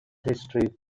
history